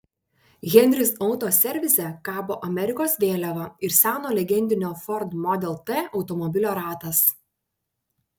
henris auto servise kabo amerikos vėliava ir seno legendinio ford model t automobilio ratas